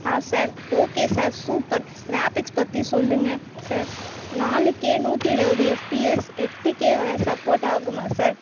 sir okay sir super graphics பற்றி சொல்லுங்கள் sir நாலு கே நூற்று இருபது எஃப்பிஎஸ் எட்டு கேவோட சப்போர்ட் ஆகுமா சார்